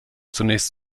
zunächst